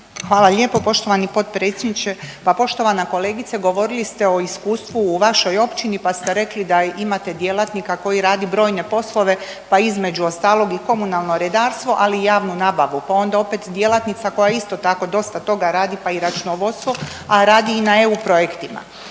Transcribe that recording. Hvala lijepo poštovani potpredsjedniče, pa poštovana kolegice, govorili ste o iskustvu u vašoj općini pa ste rekli da ih imate djelatnika koji rade brojne poslove, pa između ostalog i komunalno redarstvo, ali i javnu nabavu, pa onda opet djelatnica koja isto tako dosta toga radi pa i računovodstvo, a radi i na EU projektima.